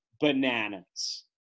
bananas